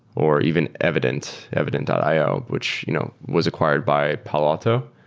or even evident, evident io, which you know was acquired by palo alto.